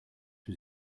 was